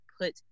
put